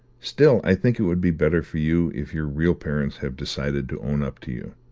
still i think it would be better for you if your real parents have decided to own up to you.